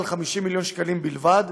50 מיליון שקלים בלבד,